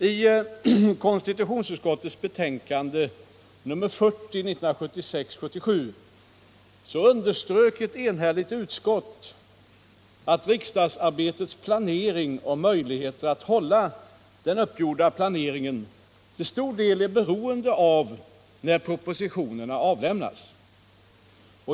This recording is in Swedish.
I konstitutionsutskottets betänkande 1976/77:44 underströk ett enhälligt utskott att riksdagsarbetets planering och möjligheter att hålla den uppgjorda planeringen till stor del är beroende av när propositionerna avlämnas.